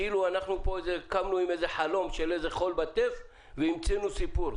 כאילו אנחנו קמנו עם איזה חלום של חול בטף והמצאנו סיפור.